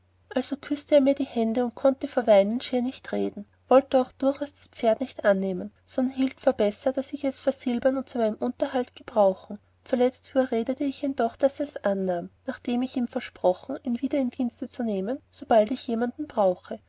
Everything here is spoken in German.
also küssete er mir die hände und konnte vor weinen schier nicht reden wollte auch durchaus das pferd nicht annehmen sondern hielt vor besser ich sollte es versilbern und zu meinem unterhalt gebrauchen zuletzt überredete ich ihn doch daß ers annahm nachdem ich ihm versprochen ihn wieder in dienste zu nehmen sobald ich jemand brauche